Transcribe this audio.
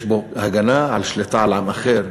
יש פה הגנה על שליטה על עם אחר.